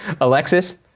Alexis